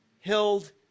held